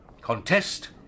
Contest